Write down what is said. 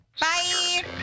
bye